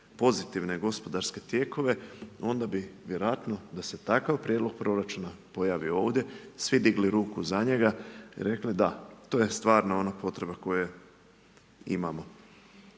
pozitivne gospodarske tijekove, onda bi vjerojatno da se takav prijedlog proračuna pojavi ovdje svi digli ruku za njega i rekli, da to je stvarno ona potreba koju imamo.